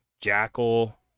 Jackal